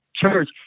Church